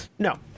No